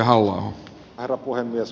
herra puhemies